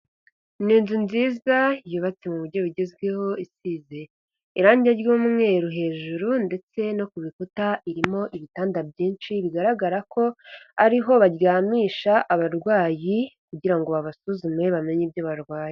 Ni inzu nziza yubatse mujyi bigezweho isize irangi ry'umweru hejuru ndetse no ku bikuta irimo ibitanda byinshi, bigaragara ko ariho baryamisha abarwayi kugira ngo babasuzume bamenye ibyo barwaye.